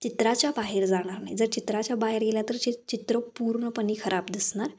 चित्राच्या बाहेर जाणार नाही जर चित्राच्या बाहेर गेला तर श चित्र पूर्णपणे खराब दिसणार